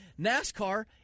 NASCAR